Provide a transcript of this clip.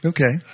Okay